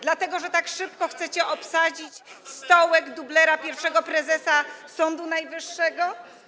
Dlatego że tak szybko chcecie obsadzić stołek dublera pierwszego prezesa Sądu Najwyższego?